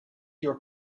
your